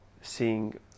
seeing